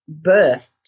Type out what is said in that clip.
birthed